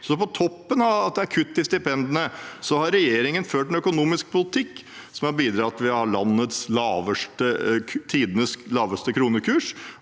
På toppen av at det er kutt i stipendene, har regjeringen ført en økonomisk politikk som har bidratt til at vi har tidenes laveste kronekurs.